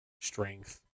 strength